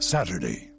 Saturday